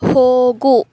ಹೋಗು